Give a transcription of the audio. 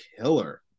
killer